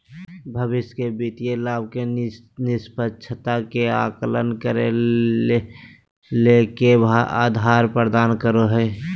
भविष्य के वित्तीय लाभ के निष्पक्षता के आकलन करे ले के आधार प्रदान करो हइ?